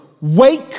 wake